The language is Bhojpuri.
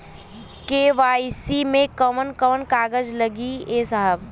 के.वाइ.सी मे कवन कवन कागज लगी ए साहब?